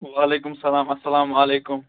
وعلیکُم اسلامُ علیکُم